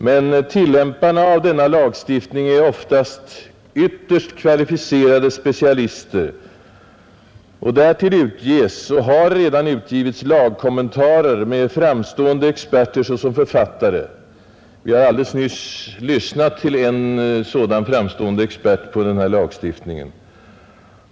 Men tillämparna av denna lagstiftning är oftast ytterst kvalificerade specialister, och därtill utges och har redan utgivits lagkommentarer med framstående experter som författare. Vi har alldeles nyss lyssnat till en sådan framstående expert på den här lagstiftningen.